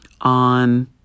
on